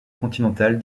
continentale